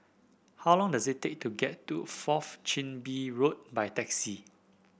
how long does it take to get to Fourth Chin Bee Road by taxi